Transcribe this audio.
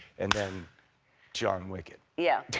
and then john wick it. yeah.